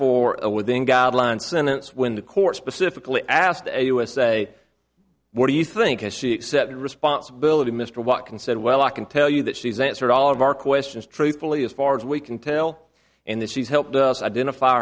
for a within guidelines sentence when the court specifically asked the usa what do you think as she accepted responsibility mr watkins said well i can tell you that she's answered all of our questions truthfully as far as we can tell and that she's helped us identify